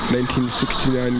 1969